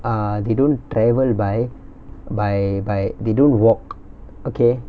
uh they don't travel by by by they don't walk okay